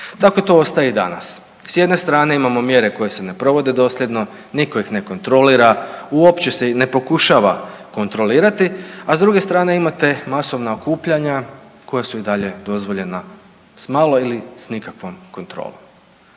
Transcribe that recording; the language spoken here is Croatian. tako to ostaje i danas. S jedne strane imamo mjere koje se ne provede dosljedno, niko ih ne kontrolira, uopće se ne pokušava kontrolirati, a s druge strane imate masovna okupljanja koja su i dalje dozvoljena s malo ili s nikakvom kontrolom.